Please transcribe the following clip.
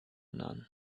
none